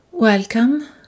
Welcome